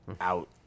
out